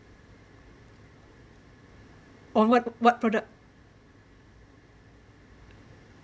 on what what product